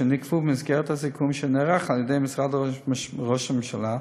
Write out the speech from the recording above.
שנקבעו במסגרת הסיכום שנערך על-ידי משרד ראש הממשלה.